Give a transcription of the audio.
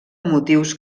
motius